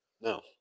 No